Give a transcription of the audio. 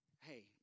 Hey